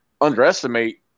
underestimate